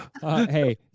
Hey